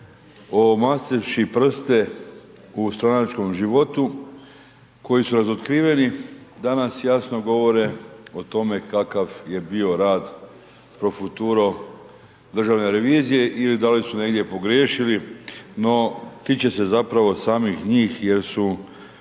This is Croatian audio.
omastivši prste u stranačkom životu koji su razotkriveni, danas jasno govore o tome kakav je bio rad pro futuro Državne revizije ili da li su negdje pogriješili no tiče se zapravo samih njih jer su